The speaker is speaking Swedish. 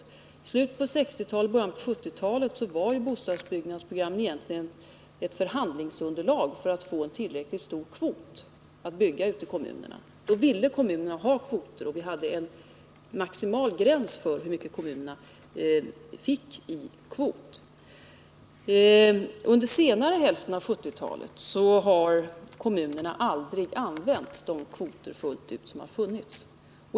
I slutet av 1960-talet och början av 1970-talet var bostadsbyggnadsprogram ett förhandlingsunderlag för att få en tillräckligt stor kvot att bygga ute i kommunerna. Då ville kommunerna ha kvoter, och vi hade en maximal gräns för hur mycket kommunerna fick i kvot. Under senare hälften av 1970-talet har kommunerna aldrig fullt ut använt de kvoter som har funnits.